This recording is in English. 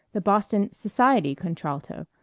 the boston society contralto,